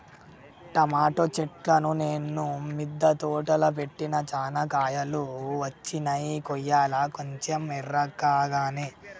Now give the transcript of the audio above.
tomato చెట్లును నేను మిద్ద తోటలో పెట్టిన చానా కాయలు వచ్చినై కొయ్యలే కొంచెం ఎర్రకాగానే